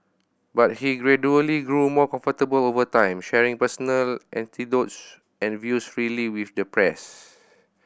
but he gradually grew more comfortable over time sharing personal anecdotes and views freely with the press